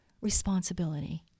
responsibility